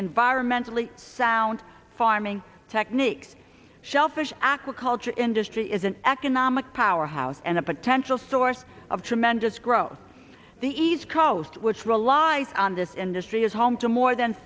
environmentally sound farming techniques shellfish aquaculture industry is an economic powerhouse and a potential source of tremendous growth in the east coast which relies on this industry is home to more than